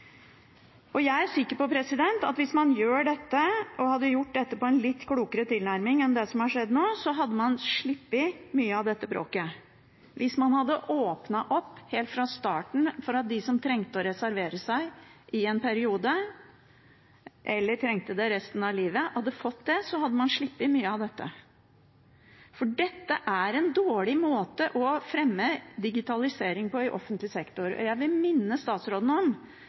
Jeg er sikker på at hvis man gjør dette, og hadde gjort dette med en litt klokere tilnærming enn det som har skjedd nå, hadde man sluppet mye av dette bråket. Hvis man hadde åpnet opp helt fra starten for at de som trengte å reservere seg i en periode, eller trengte det resten av livet, hadde fått det, hadde man sluppet mye av dette. Dette er en dårlig måte å fremme digitalisering på i offentlig sektor, og jeg vil minne statsråden om